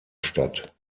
statt